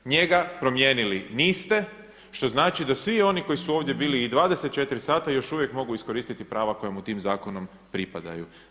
Njega promijenili niste što znači da svi oni koji su ovdje bili i 24 sata još uvijek mogu iskoristiti prava koja mu tim zakonom pripadaju.